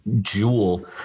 jewel